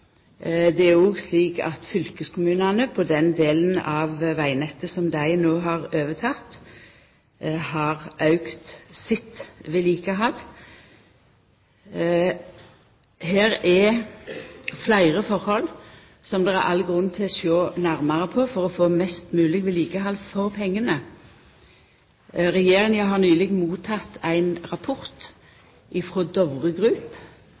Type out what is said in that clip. Det er òg slik at fylkeskommunane har auka sitt vedlikehald på den delen av vegnettet som dei no har overteke. Det er fleire forhold som det er all grunn til å sjå nærare på for å få mest mogleg vedlikehald for pengane. Regjeringa har nyleg motteke ein rapport frå Dovre